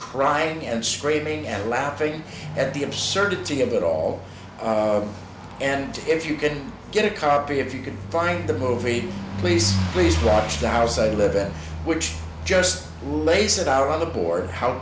crying and screaming and laughing at the absurdity of it all and if you can get a copy if you can find the movie please please watch the house i live in which just lays it out on the board how